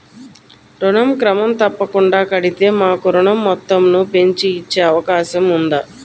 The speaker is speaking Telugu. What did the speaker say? ఋణం క్రమం తప్పకుండా కడితే మాకు ఋణం మొత్తంను పెంచి ఇచ్చే అవకాశం ఉందా?